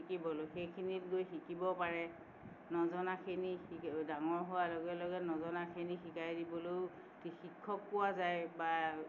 শিকিবলৈ সেইখিনিত গৈ শিকিব পাৰে নজনাখিনি ডাঙৰ হোৱাৰ লগে লগে নজনাখিনি শিকাই দিবলও শিক্ষক পোৱা যায় বা